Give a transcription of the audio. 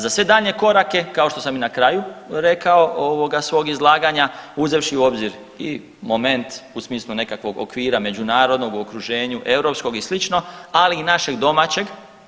Za sve daljnje korake kao što sam i na kraju rekao ovoga svog izlaganja uzevši u obzir i moment u smislu nekakvog okvira međunarodnog u okruženju, europskog i slično, ali i našeg domaćeg.